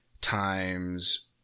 times